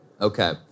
Okay